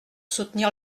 soutenir